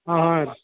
ಹಾಂ ಹಾಂ ರೀ